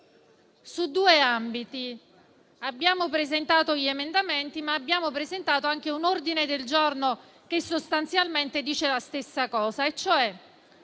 su due ambiti. Abbiamo presentato emendamenti in materia, ma anche un ordine del giorno che sostanzialmente dice la stessa cosa, ossia